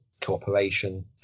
cooperation